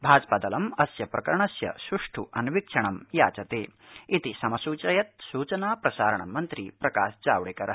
भाजपादलम् अस्य प्रकरणस्य सुष्ठ् अन्वीक्षणं याचत ्रिति समसूचयत् सूचना प्रसारण मन्त्री प्रकाशजावडक्कि